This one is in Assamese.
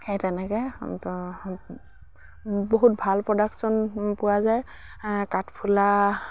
সেই তেনেকে বহুত ভাল প্ৰডাকচন পোৱা যায় কাঠফুলা